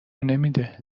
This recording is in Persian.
نمیده